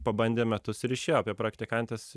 pabandė metus ir išėjo apie praktikantes